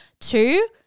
Two